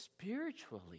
spiritually